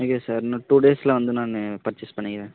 okay sir இன்னும் two டேஸில் வந்து நானு பர்சேஸ் பண்ணிக்கிறேன்